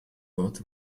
dort